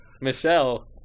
Michelle